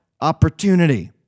opportunity